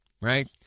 right